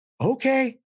Okay